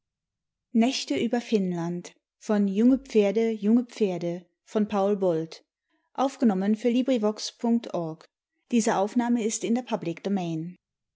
ein junge in der